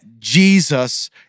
Jesus